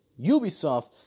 Ubisoft